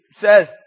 says